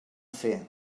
fer